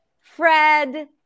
Fred